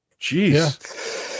Jeez